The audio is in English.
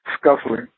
scuffling